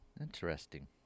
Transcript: Interesting